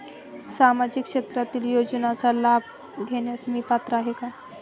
सामाजिक क्षेत्रातील योजनांचा लाभ घेण्यास मी पात्र आहे का?